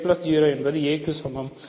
a 0 என்பது a க்கு சமம்